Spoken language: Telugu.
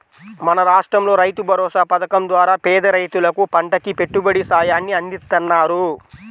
మన రాష్టంలో రైతుభరోసా పథకం ద్వారా పేద రైతులకు పంటకి పెట్టుబడి సాయాన్ని అందిత్తన్నారు